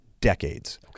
decades